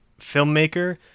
filmmaker